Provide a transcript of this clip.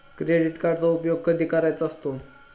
Credit कार्डचा उपयोग कधी करायचा असतो?